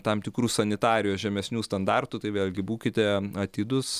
tam tikrų sanitarijos žemesnių standartų tai vėlgi būkite atidūs